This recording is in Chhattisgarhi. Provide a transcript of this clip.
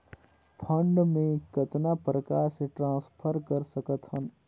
फंड मे कतना प्रकार से ट्रांसफर कर सकत हन?